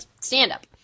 stand-up